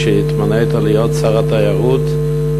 כשהתמנית להיות שר התיירות,